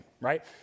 right